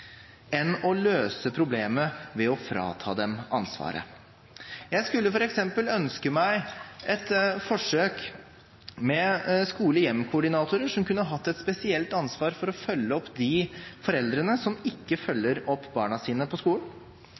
enn å løse problemet ved å frata dem ansvaret. Jeg skulle f.eks. ønske meg et forsøk med skole-/hjemkoordinatorer, som kunne hatt et spesielt ansvar for å følge opp de foreldrene som ikke følger opp barna sine på skolen.